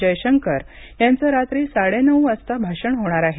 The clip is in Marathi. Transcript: जयशंकर यांचं रात्री साडे नऊ वाजता भाषण होणार आहे